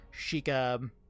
Sheikah